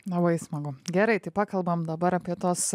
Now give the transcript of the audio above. labai smagu gerai tai pakalbam dabar apie tuos